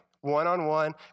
One-on-one